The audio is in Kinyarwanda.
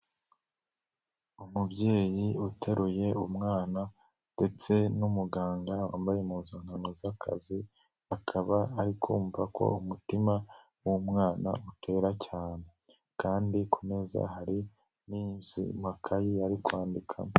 Umubyeyi uteruye umwana ndetse n'umuganga wambaye impuzankano z'akazi akaba ari kumva ko umutima w'umwana utera cyane kandi ku meza hari n'izi makayi ari kwandikamo.